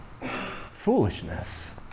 foolishness